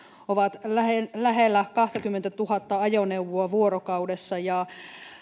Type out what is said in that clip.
ovat lähellä lähellä kahtakymmentätuhatta ajoneuvoa vuorokaudessa ja